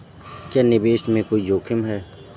क्या निवेश में कोई जोखिम है?